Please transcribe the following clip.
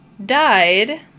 Died